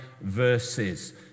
verses